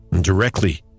Directly